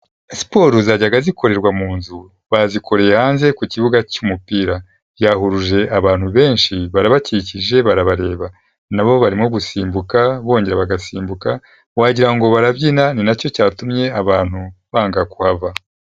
Siporo zajyaga zikorerwa mu nzu, bazikoreye hanze ku kibuga cy'umupira. Byahuruje abantu benshi, barabakikije, barabareba. Nabo barimo gusimbuka, bongera bagasimbuka, wagirango barabyina, ni nacyo cyatumye, abantu banga kuhava.